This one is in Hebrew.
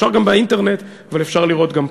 אפשר גם באינטרנט, אבל אפשר לראות גם פה.